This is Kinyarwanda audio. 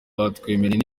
batwemereye